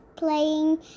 playing